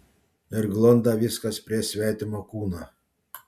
ir glunda viskas prie svetimo kūno